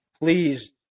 Please